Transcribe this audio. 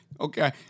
okay